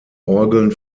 orgeln